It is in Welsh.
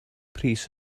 pris